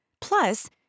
Plus